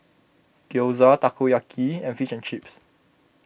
Gyoza Takoyaki and Fish and Chips